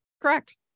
Correct